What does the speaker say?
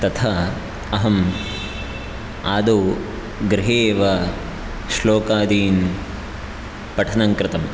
तथा अहम् आदौ गृहे एव श्लोकादीन् पठनं कृतं